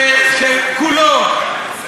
שכולו,